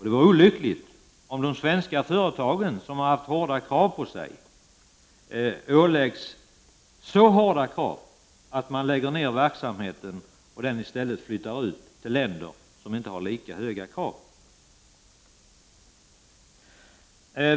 Det vore olyckligt om de svenska företagen åläggs så hårda miljökrav att de lägger ner verksamheten och flyttar ut till andra länder som inte har lika höga krav.